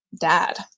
dad